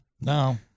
No